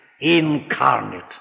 incarnate